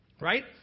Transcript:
Right